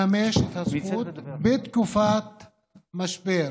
לממש את הזכות בתקופת משבר,